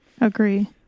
Agree